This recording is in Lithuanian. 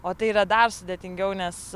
o tai yra dar sudėtingiau nes